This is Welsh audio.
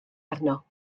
arno